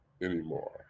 anymore